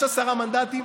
ננסה ללכת לחרדים,